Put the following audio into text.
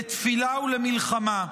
לתפילה ולמלחמה.